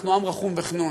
אנחנו עם רחום וחְנון.